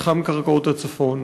גם מתחם קרקעות הצפון,